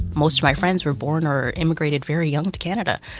most of my friends were born or immigrated very young to canada.